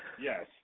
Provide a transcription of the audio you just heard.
Yes